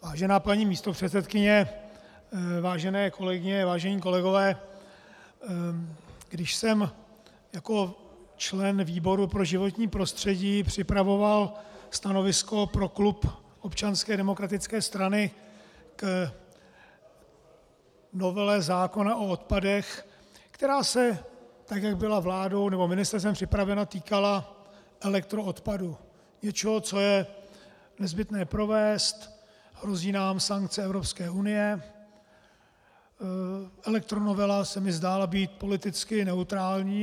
Vážená paní místopředsedkyně, vážené kolegyně, vážení kolegové, když jsem jako člen výboru pro životní prostředí připravoval stanovisko pro klub Občanské demokratické strany k novele zákona o odpadech, která se, tak jak byla vládou nebo ministerstvem připravena, týkala elektroodpadu, něčeho, co je nezbytné provést, hrozí nám sankce Evropské unie, elektronovela se mi zdála být politicky neutrální.